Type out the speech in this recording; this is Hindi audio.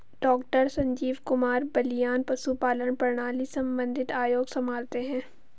डॉक्टर संजीव कुमार बलियान पशुपालन प्रणाली संबंधित आयोग संभालते हैं